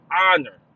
honor